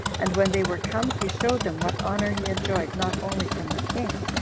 and when they were come, he showed them what honor he enjoyed not only from the king,